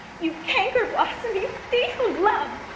you cankerblossom! you thief of love!